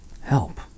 help